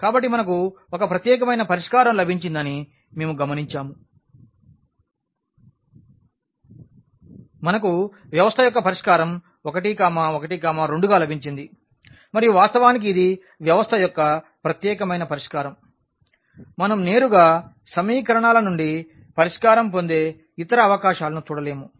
కాబట్టి మనకు ఒక ప్రత్యేకమైన పరిష్కారం లభించిందని మేము గమనించాము మనకు వ్యవస్థ యొక్క పరిష్కారం 1 1 2 గా లభించింది మరియు వాస్తవానికి ఇది వ్యవస్థ యొక్క ప్రత్యేకమైన పరిష్కారం మనం నేరుగా సమీకరణాల నుండి పరిష్కారం పొందే ఇతర అవకాశాలను చూడలేము